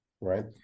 Right